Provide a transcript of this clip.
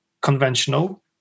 conventional